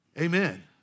amen